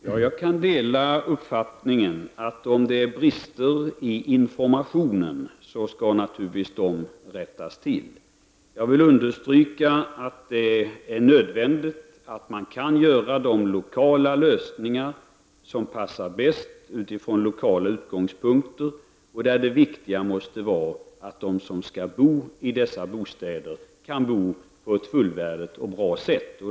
Herr talman! Jag kan dela uppfattningen att om det finns brister när det gäller informationen skall dessa naturligtvis rättas till. Jag vill understryka att det är nödvändigt att man kan göra de lokala lösningar som passar bäst från lokala utgångspunkter. Det viktiga måste då vara att de som skall bo i dessa bostäder kan bo på ett fullvärdigt och bra sätt.